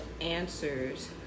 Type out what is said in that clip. answers